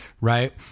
right